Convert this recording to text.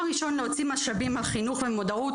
ראשון להוציא משאבים על חינוך ומודעות,